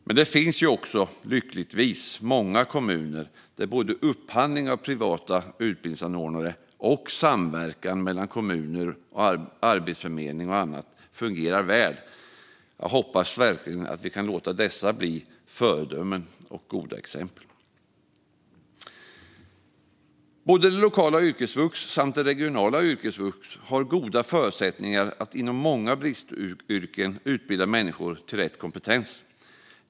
Men det finns lyckligtvis många kommuner där både upphandling av privata utbildningsanordnare och samverkan mellan kommuner och arbetsförmedling och annat fungerar väl. Jag hoppas att vi kan låta dessa bli föredömen och goda exempel. Både det lokala yrkesvux och det regionala yrkesvux har goda förutsättningar att inom många bristyrken utbilda människor till rätt kompetens.